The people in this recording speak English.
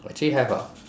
actually have ah